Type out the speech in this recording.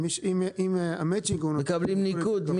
מי שמביא מאצ'ינג מקבל ניקוד?